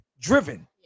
driven